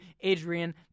Adrian